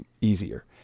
easier